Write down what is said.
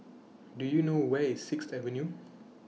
Do YOU know Where IS Sixth Avenue